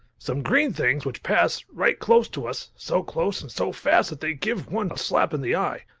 some green things which pass right close to us so close and so fast that they give one a slap in the eye.